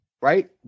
right